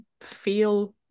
feel